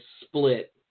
split